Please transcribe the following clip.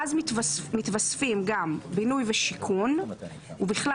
ואז מתווספים גם "בינוי ושיכון ובכלל